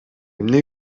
эмне